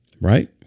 Right